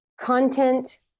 content